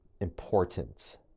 important